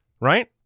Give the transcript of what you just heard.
Right